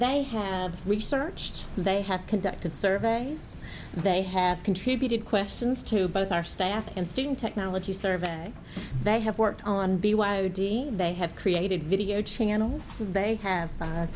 they have researched they have conducted surveys they have contributed questions to both our staff and student technology survey they have worked on b y o d they have created video channels and they have